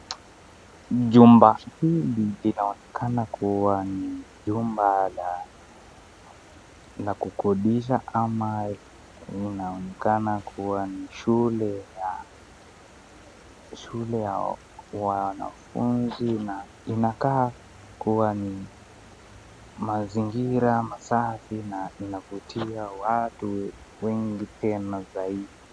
Jumba hili linaonekana kuwa jumba la kukodisha ama inaonekana kuwa ni shule ya wanafunzi na inakaa kuwa ni mazingira safi na inavutia watu wengi tena zaidi.